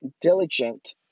diligent